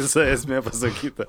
visa esmė pasakyta